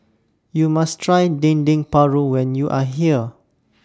YOU must Try Dendeng Paru when YOU Are here